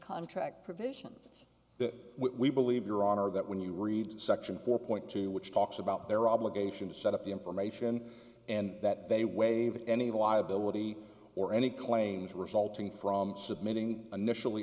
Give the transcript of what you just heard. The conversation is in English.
contract provisions that we believe your honor that when you read section four point two which talks about their obligations set up the information and that they waive any liability or any claims resulting from submitting initially